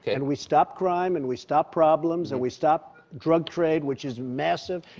and we stop crime and we stop problems and we stop drug trade, which is massive.